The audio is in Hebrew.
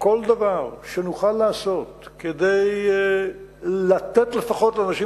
שכל דבר שנוכל לעשות כדי לתת לפחות לאנשים